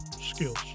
skills